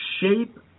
shape